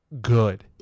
good